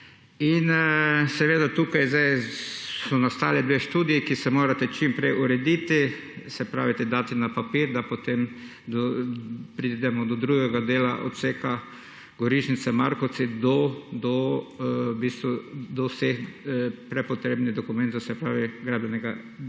In seveda tukaj zdaj sta nastali dve študiji, ki se morata čim prej urediti, se pravi, dati na papir, da potem pridemo do drugega dela odseka Gorišnica Markovci, do vseh prepotrebnih dokumentov, se pravi gradbenega, se pravi